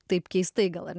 taip keistai gal ar